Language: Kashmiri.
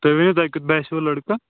تُہۍ ؤنِو تۄہہِ کیُتھ باسیوُ لٔڑکہٕ